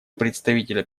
представителя